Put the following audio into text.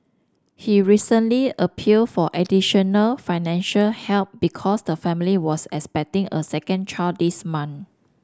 he recently appealed for additional financial help because the family was expecting a second child this month